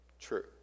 True